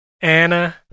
Anna